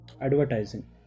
advertising